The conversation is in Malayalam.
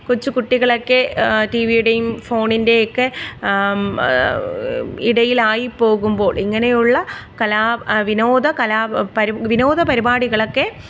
കൊച്ചുകുട്ടികളൊക്കെ ടീവിയുടേയും ഫോണിൻ്റേയും ഒക്കെ ഇടയിലായിപ്പോകുമ്പോൾ ഇങ്ങനെയുള്ള കലാ വിനോദ കലാ വിനോദ പരിപാടികളൊക്കെ